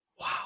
Wow